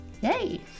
Yay